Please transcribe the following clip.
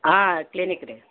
ಹಾಂ ಕ್ಲಿನಿಕ್ ರೀ